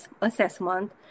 assessment